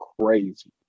crazy